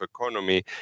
economy